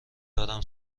دارم